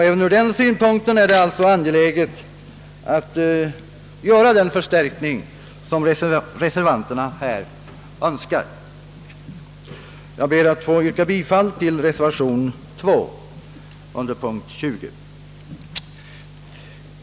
Även ur den synpunkten är det alltså angeläget att göra den förstärkning som reservanterna önskar. Jag ber därför att få yrka bifall till reservationen A 2 under punkten 20.